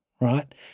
right